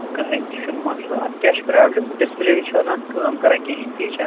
کٕہٕنٛۍ تہِ چھُنہٕ مَسلہٕ اَتھ کیٛاہ چھِ پرٛابلِم ڈِسپُلے چھُ نہٕ اَتھ کٲم کَران کیٚنٛہہ تہِ چھا